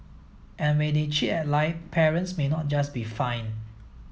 and when they cheat and lie parents may not just be fined